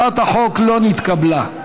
הצעת החוק לא נתקבלה.